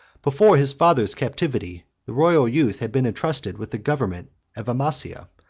before his father's captivity, the royal youth had been intrusted with the government of amasia,